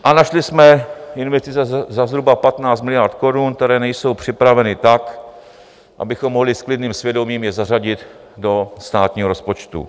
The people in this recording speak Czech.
A našli jsme investice za zhruba 15 miliard korun, které nejsou připraveny tak, abychom je mohli s klidným svědomím zařadit do státního rozpočtu.